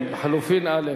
כן, חלופין א'.